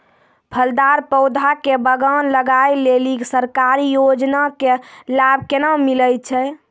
फलदार पौधा के बगान लगाय लेली सरकारी योजना के लाभ केना मिलै छै?